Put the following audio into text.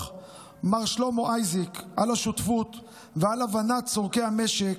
מר שלמה אייזיק על השותפות ועל הבנת צורכי המשק,